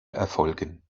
erfolgen